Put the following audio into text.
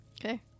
okay